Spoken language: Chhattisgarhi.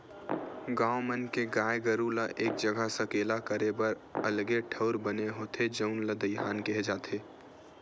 गाँव मन के गाय गरू ल एक जघा सकेला करे बर अलगे ठउर बने होथे जउन ल दईहान केहे जाथे